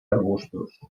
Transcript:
arbustos